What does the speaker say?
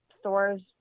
stores